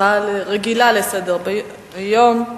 אחרון הדוברים יהיה חבר הכנסת מיכאל בן-ארי שהגיש הצעה רגילה לסדר-היום.